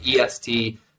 EST